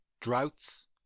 Droughts